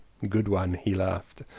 good one! he laughed,